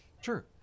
Sure